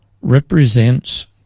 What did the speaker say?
represents